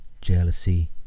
jealousy